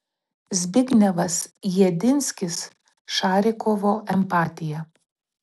zbignevas jedinskis šarikovo empatija